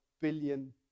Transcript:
billion